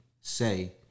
say